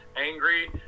angry